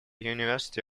university